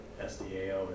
SDAO